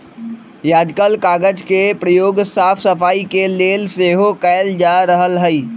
याजकाल कागज के प्रयोग साफ सफाई के लेल सेहो कएल जा रहल हइ